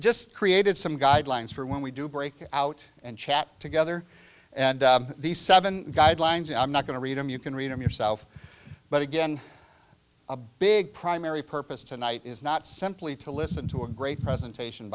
just created some guidelines for when we do break out and chat together and these seven guidelines i'm not going to read them you can read them yourself but again a big primary purpose tonight is not simply to listen to a great presentation